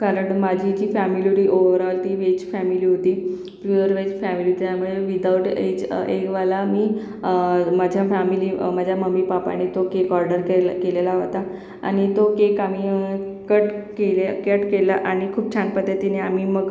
कारण माझी जी फॅमिली होटी ओवरऑल ती वेज फॅमिली होती प्युअर वेज फॅमिली त्यामुळे विदाऊट एज एगवाला मी माझ्या फॅमिली माझ्या मम्मीपापानी तो केक ऑर्डर केला केलेला होता आणि तो केक आम्ही कट केल्या कट केला आणि खूप छान पद्धतीने आम्ही मग